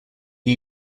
new